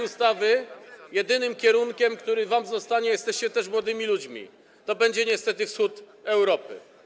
ustawy jedynym kierunkiem, który wam zostanie - jesteście też młodymi ludźmi - to będzie niestety wschód Europy.